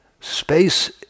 Space